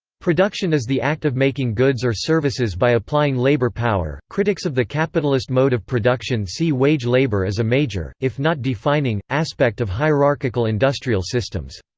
production is the act of making goods or services by applying labor power critics of the capitalist mode of production see wage labour as a major, if not defining, aspect of hierarchical industrial systems.